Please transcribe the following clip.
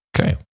Okay